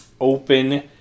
open